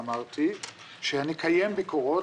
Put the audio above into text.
ואמרתי שאני אקיים ביקורות,